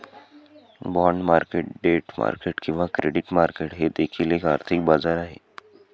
bond market debt market किंवा credit market हे देखील एक आर्थिक बाजार आहे